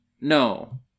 No